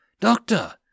Doctor